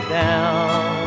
down